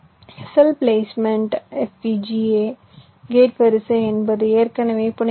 செல் placement FPGA gate வரிசை என்பது ஏற்கனவே புனையப்பட்டவை